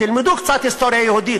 תלמדו קצת היסטוריה יהודית.